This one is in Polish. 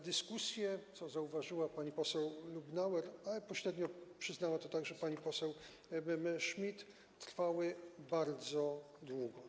Dyskusje, co zauważyła pani poseł Lubnauer, ale pośrednio przyznała to także pani poseł Schmidt, trwały bardzo długo.